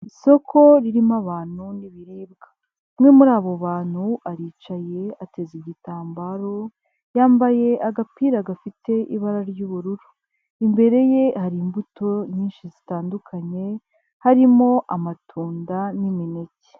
Isoko ririmo abantu n'ibiribwa umwe muri abo bantu aricaye ateza igitambaro yambaye agapira gafite ibara ry'ubururu imbere ye hari imbuto nyinshi zitandukanye harimo amatunda n'imineke.